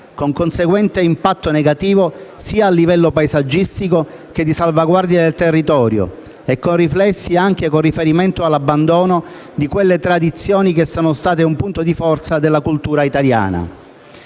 con conseguente impatto negativo a livello sia paesaggistico, che di salvaguardia del territorio e con riflessi anche con riferimento all'abbandono di quelle tradizioni che sono state un punto di forza della cultura italiana.